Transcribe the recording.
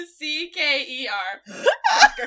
C-K-E-R